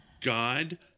God